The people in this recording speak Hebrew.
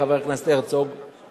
חבר הכנסת הרצוג,